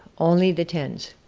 only the ten s,